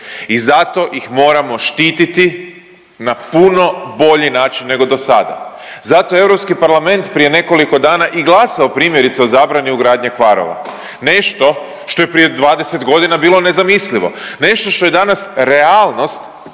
I zato ih moramo štititi na puno bolji način nego do sada. Zato je Europski parlament prije nekoliko dana i glasao primjerice o zabrani ugradnje kvarova. Nešto što je prije 20 godina bilo nezamislivo, nešto što je danas realnost